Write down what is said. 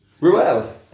Ruel